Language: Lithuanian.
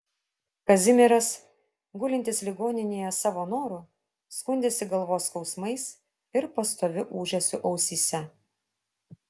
kazimieras gulintis ligoninėje savo noru skundėsi galvos skausmais ir pastoviu ūžesiu ausyse